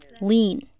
lean